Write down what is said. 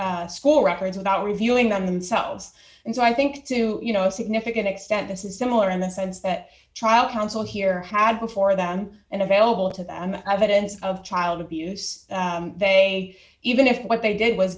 school records without reviewing themselves and so i think to you know a significant extent this is similar in the sense that trial counsel here had before them and available to them i wouldn't of child abuse they even if what they did was